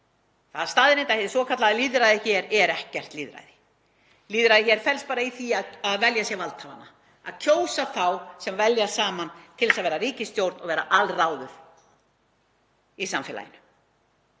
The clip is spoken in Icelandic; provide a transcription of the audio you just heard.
Það er staðreynd að hið svokallaða lýðræði hér er ekkert lýðræði. Lýðræðið hér felst bara í því að velja sér valdhafana, að kjósa þá sem velja saman til að vera ríkisstjórn og vera alráður í samfélaginu.